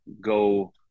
go